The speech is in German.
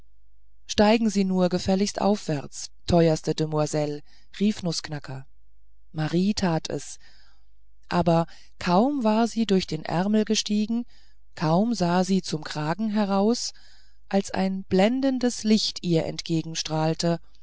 steigen sie nur gefälligst aufwärts teuerste demoiselle rief nußknacker marie tat es aber kaum war sie durch den ärmel gestiegen kaum sah sie zum kragen heraus als ein blendendes licht ihr